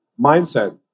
mindset